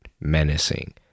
menacing